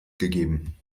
gegeben